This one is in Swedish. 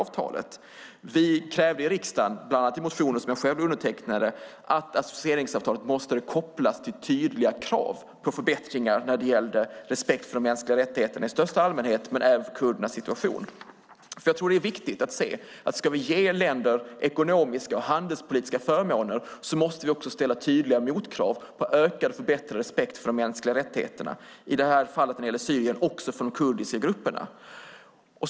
Vi krävde i riksdagen, bland annat i motioner som jag själv undertecknade, att associeringsavtalet skulle kopplas till tydliga krav på förbättringar när det gäller respekt för mänskliga rättigheter i största allmänhet och för kurdernas situation. Om vi ska ge länder ekonomiska och handelspolitiska förmåner måste vi ställa tydliga motkrav på ökad och förbättrad respekt för mänskliga rättigheter och, när det gäller Syrien, för de kurdiska grupperna.